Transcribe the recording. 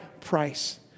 price